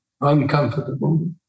Uncomfortable